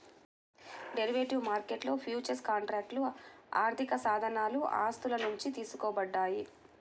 derivative మార్కెట్లో futures కాంట్రాక్ట్లు ఆర్థికసాధనాలు ఆస్తుల నుండి తీసుకోబడ్డాయి